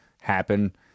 happen